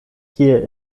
kie